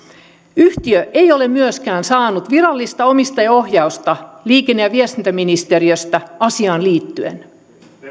yhtiö ei ole myöskään saanut virallista omistajaohjausta liikenne ja viestintäministeriöstä asiaan liittyen